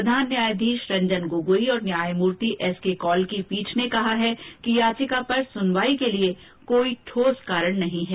प्रधान न्यायाधीश रंजन गोगाई और न्यायमूर्ति एस के कौल की पीठ ने कहा है कि याचिका पर सुनवाई के लिए कोई ठोस कारण नहीं है